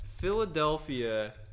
Philadelphia